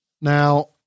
Now